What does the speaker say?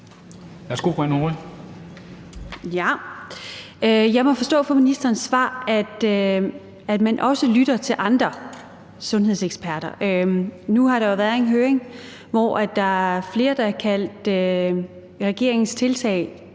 Jeg må forstå på ministerens svar, at man også lytter til andre sundhedseksperter. Nu har der jo været en høring, hvor der er flere, der har kaldt regeringens tiltag